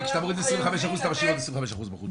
כי כשאתה מוריד 25% אתה משאיר עוד 25% בחוץ.